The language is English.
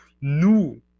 nous